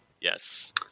yes